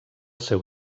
seu